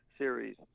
Series